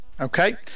Okay